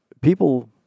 people